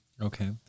Okay